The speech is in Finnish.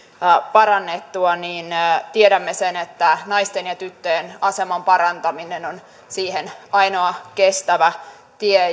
parannettua niin tiedämme sen että naisten ja tyttöjen aseman parantaminen on siihen ainoa kestävä tie